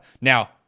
Now